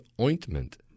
ointment